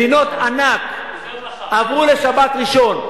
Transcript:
מדינות ענק עברו לשבת-ראשון,